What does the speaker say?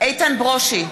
איתן ברושי,